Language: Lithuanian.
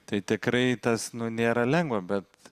tai tikrai tas nu nėra lengva bet